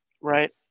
Right